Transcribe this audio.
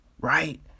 right